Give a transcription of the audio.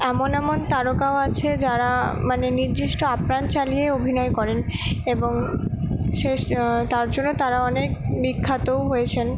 এমন এমন তারকাও আছে যারা মানে নির্দিষ্ট আপ্রাণ চালিয়ে অভিনয় করেন এবং শেষ তার জন্য তারা অনেক বিখ্যাতও হয়েছেন